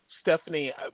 Stephanie